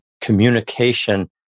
communication